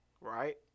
right